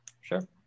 sure